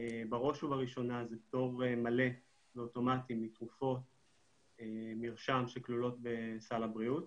בראש ובראשונה זה פטור מלא ואוטומטי מתרופות מרשם שכלולות בסל הבריאות,